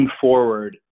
forward